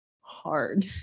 hard